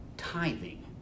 tithing